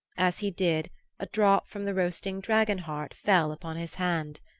as he did a drop from the roasting dragon-heart fell upon his hand.